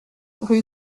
rue